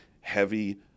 heavy